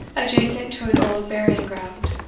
adjacent to an old burying-ground.